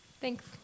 Thanks